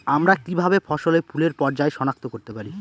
আমরা কিভাবে ফসলে ফুলের পর্যায় সনাক্ত করতে পারি?